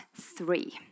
three